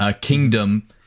Kingdom